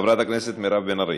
חברת הכנסת מירב בן ארי,